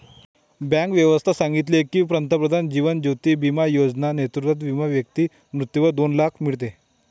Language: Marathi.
बँक व्यवस्था सांगितले की, पंतप्रधान जीवन ज्योती बिमा योजना नेतृत्वात विमा व्यक्ती मृत्यूवर दोन लाख मीडते